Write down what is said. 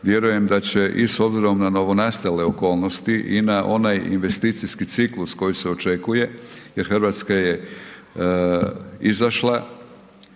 vjerujem da će i s obzirom na novonastale okolnosti i na onaj investicijski ciklus koji se očekuje, jer Hrvatska je izašla